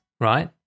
right